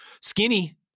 Skinny